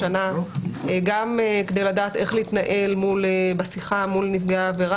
יש נוהל לעדכן את הנפגע/ת פעם בשנה או פעם בתקופה מה עושים בתיק שלו,